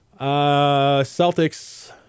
Celtics